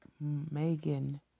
Megan